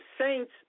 saints